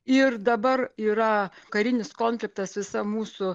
ir dabar yra karinis konfliktas visam mūsų